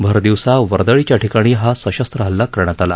भरदिवसा वर्दळीच्या ठिकाणी हा सशस्त्र हल्ला झाला